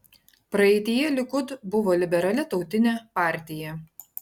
praeityje likud buvo liberali tautinė partija